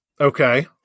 Okay